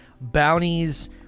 bounties